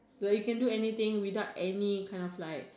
like you can do anything without any kind of like